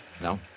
No